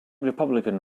republican